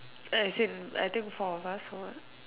all I said I think four of us or what